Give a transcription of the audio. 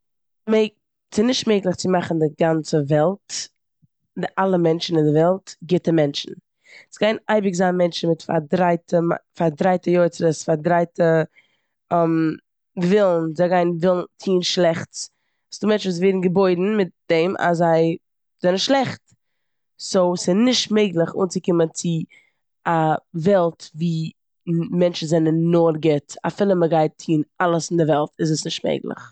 ס'נישט מעגליך צו מאכן די גאנצע וועלט, אלע מענטשן אין די וועלט גוטע מענטשן. ס'גייען אייביג זיין מענטשן מיט פארדרייטע- פארדרייטע יוצרות, פארדרייטע ווילן. זיי גייען ווילן טון שלעכטס. ס'דא מענטשן וואס ווערן געבוירן מיט דעם אז זיי זענען שלעכט. סאו ס'נישט מעגליך אנצוקומען צו א וועלט ווי מענטשן זענען נאר גוט, אפילו מ'גייט טון אלעס אין די וועלט איז עס נישט מעגליך.